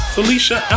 Felicia